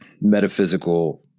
metaphysical